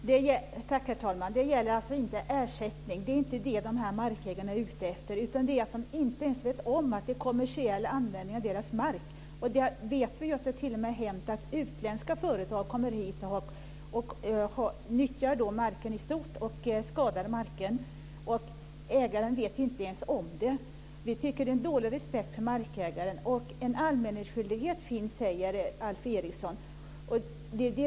Herr talman! Det gäller alltså inte ersättning. Det är inte det som de här markägarna är ute efter. Det handlar om att de inte ens vet om att det sker kommersiell användning av deras mark. Vi vet att det t.o.m. har hänt att utländska företag har kommit hit och nyttjat marken i stort och skadat marken, och ägaren har inte ens vetat om det. Vi tycker att det är dålig respekt för markägaren. En anmälningsskyldighet finns, säger Alf Eriksson.